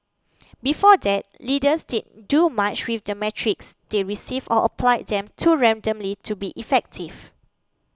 before that leaders didn't do much with the metrics they received or applied them too randomly to be effective